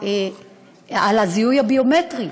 על הזיהוי הביומטרי,